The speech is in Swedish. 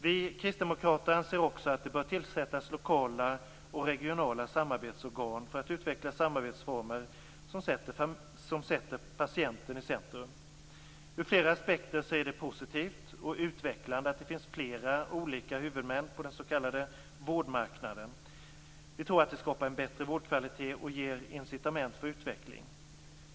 Vi kristdemokrater anser också att det bör tillsättas lokala och regionala samarbetsorgan för att utveckla samarbetsformer som sätter patienten i centrum. Ur flera aspekter är det positivt och utvecklande att det finns flera olika huvudmän på den s.k. vårdmarknaden. Vi tror att det skapar en bättre vårdkvalitet och ger incitament för utveckling.